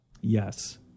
Yes